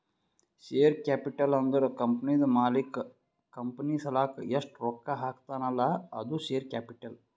share capital ಅಂದುರ್ ಕಂಪನಿದು ಮಾಲೀಕ್ ಕಂಪನಿ ಸಲಾಕ್ ಎಸ್ಟ್ ರೊಕ್ಕಾ ಹಾಕ್ತಾನ್ ಅಲ್ಲಾ ಅದು ಶೇರ್ ಕ್ಯಾಪಿಟಲ್